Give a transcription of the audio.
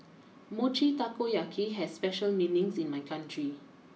Mochi Taiyaki has special meanings in my country